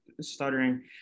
stuttering